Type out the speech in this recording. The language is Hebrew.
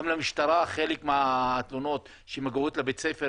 גם למשטרה חלק מהתלונות שמגיעות לבית-הספר,